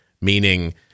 meaning